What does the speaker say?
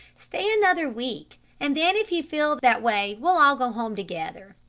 stay another week and then if you feel that way we'll all go home together.